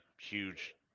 huge